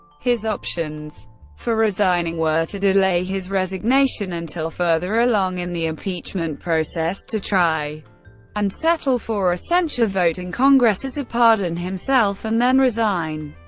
his options for resigning were to delay his resignation until further along in the impeachment process, to try and settle for a censure vote in congress, or to pardon himself and then resign.